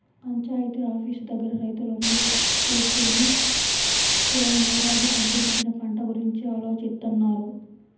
panchayat office దగ్గర రైతులందరూ కూకొని పోయినేడాది పండించిన పంట గురించి ఆలోచిత్తన్నారు